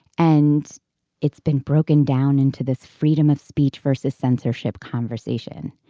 and it's been broken down into this freedom of speech versus censorship conversation.